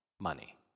money